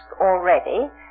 already